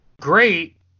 great